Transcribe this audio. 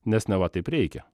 nes neva taip reikia